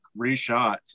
reshot